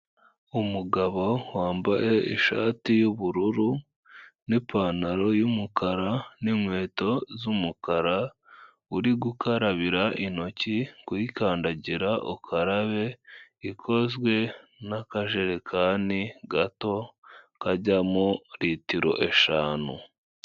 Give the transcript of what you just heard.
Umugabo wambaye ishati y'ubururu n'ipantaro y'umukara n'inkweto z'umukara uri gukarabira intoki kuyikandagira ukarabe ikozwe nakajerekani gato kajya muri litiro eshanu.